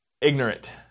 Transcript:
ignorant